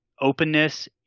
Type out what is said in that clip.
openness